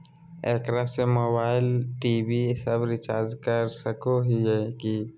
एकरा से mobile TV सब रिचार्ज कर सको हियै की?